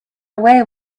away